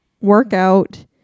workout